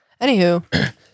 Anywho